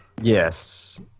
Yes